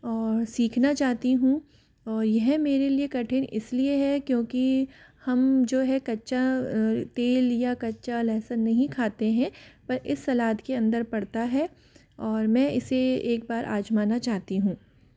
और सीखना चाहती हूँ और यह मेरे लिए कठिन इस लिए है क्योंकि हम जो है कच्चा तेल या कच्चा लहसुन नहीं खाते हैं पर इस सलाद के अंदर पड़ता है और मैं इसे एक बार आज़माना चाहती हूँ